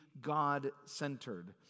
God-centered